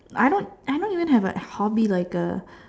I don't I don't even have a hobby like a